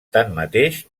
tanmateix